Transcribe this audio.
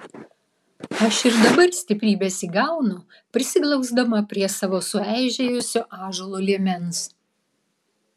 aš ir dabar stiprybės įgaunu prisiglausdama prie savo sueižėjusio ąžuolo liemens